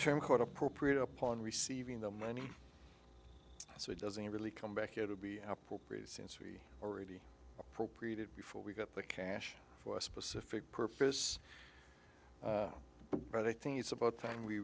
term quite appropriate upon receiving the money so it doesn't really come back it will be apple since we already appropriated before we got the cash for a specific purpose but i think it's about time we